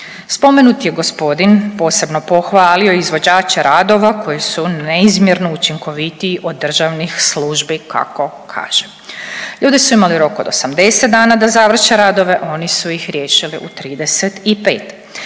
Spomenuti je gospodin posebno pohvalio izvođače radova koji su neizmjerno učinkovitiji od državnih službi kako kaže. Ljudi su imali rok od 80 dana da završe radove, oni su ih riješili u 35,